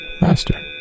Master